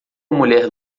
mulher